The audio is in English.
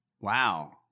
Wow